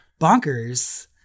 bonkers